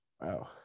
Wow